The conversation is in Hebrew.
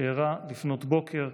שאירע לפנות בוקר,